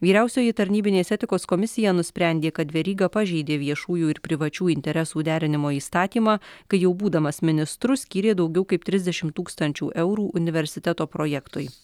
vyriausioji tarnybinės etikos komisija nusprendė kad veryga pažeidė viešųjų ir privačių interesų derinimo įstatymą kai jau būdamas ministru skyrė daugiau kaip trisdešim tūkstančių eurų universiteto projektui